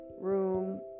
room